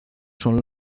son